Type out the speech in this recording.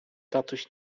tatuś